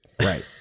right